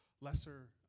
lesser